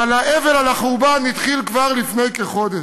אבל האבל על החורבן התחיל כבר לפני כחודש,